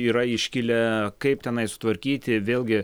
yra iškilę kaip tenai sutvarkyti vėlgi